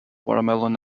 watermelon